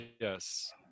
Yes